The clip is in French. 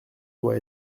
doit